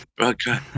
Okay